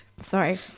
Sorry